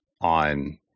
on